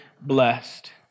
blessed